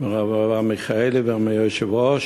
מאברהם מיכאלי ומהיושב-ראש.